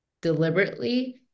deliberately